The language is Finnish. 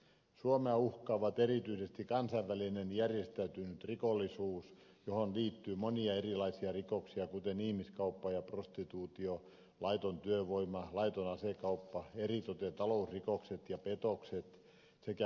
suomea uhkaa erityisesti kansainvälinen järjestäytynyt rikollisuus johon liittyy monia eri laisia rikoksia kuten ihmiskauppa ja prostituutio laiton työvoima laiton asekauppa eritoten talousrikokset ja petokset sekä huumekauppa